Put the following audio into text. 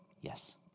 Yes